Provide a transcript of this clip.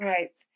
Right